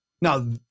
Now